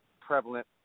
prevalent